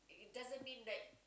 it doesn't mean that